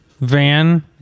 van